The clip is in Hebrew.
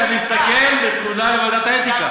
אתה מסתכן בתלונה לוועדת האתיקה.